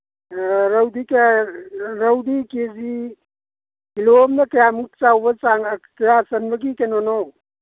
ꯔꯧꯗꯤ ꯀꯌꯥ ꯔꯧꯗꯤ K G kilo ꯑꯃꯗ ꯀꯌꯥꯃꯨꯛ ꯆꯥꯎꯕ ꯆꯥꯡ ꯀꯌꯥ ꯆꯟꯕꯒꯤ ꯀꯩꯅꯣꯅꯣ